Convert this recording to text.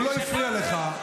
הוא לא הפריע לך,